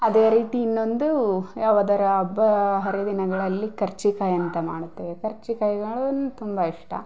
ಅದೇ ರೀತಿ ಇನ್ನೊಂದು ಯಾವುದರ ಹಬ್ಬ ಹರಿದಿನಗಳಲ್ಲಿ ಕರ್ಜಿಕಾಯಿ ಅಂತ ಮಾಡ್ತೇವೆ ಕರ್ಜಿಕಾಯಿಗಳು ತುಂಬ ಇಷ್ಟ